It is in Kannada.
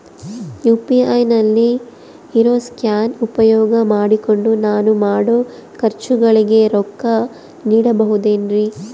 ಯು.ಪಿ.ಐ ನಲ್ಲಿ ಇರೋ ಸ್ಕ್ಯಾನ್ ಉಪಯೋಗ ಮಾಡಿಕೊಂಡು ನಾನು ಮಾಡೋ ಖರ್ಚುಗಳಿಗೆ ರೊಕ್ಕ ನೇಡಬಹುದೇನ್ರಿ?